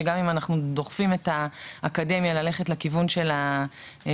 שגם אם אנחנו דוחפים את האקדמיה ללכת לכיוון של הדיגיטציה,